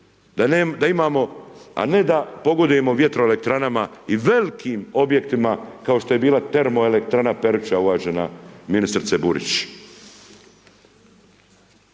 da imamo, a ne da pogodujemo vjetroelektranama i velikim objektima kao što je bila termoelektrana Peruča, uvažena ministrice Burić?